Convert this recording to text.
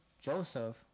Joseph